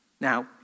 Now